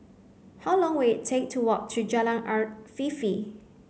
how long will it take to walk to Jalan Afifi